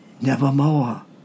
Nevermore